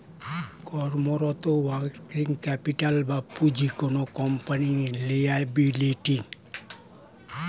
কর্মরত working capital বা পুঁজি কোনো কোম্পানির লিয়াবিলিটি